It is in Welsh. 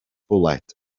bwled